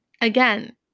again